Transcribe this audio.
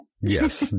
Yes